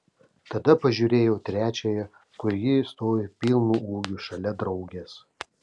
tada pažiūrėjau trečiąją kur ji stovi pilnu ūgiu šalia draugės